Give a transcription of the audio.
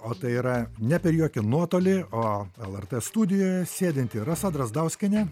o tai yra ne per jokį nuotolį o lrt studijoje sėdinti rasa drazdauskienė